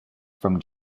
from